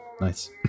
nice